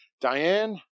Diane